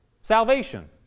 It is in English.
salvation